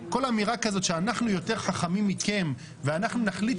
כל אמירה כזאת שאנחנו יותר חכמים מכם ואנחנו נחליט